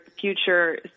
future